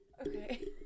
okay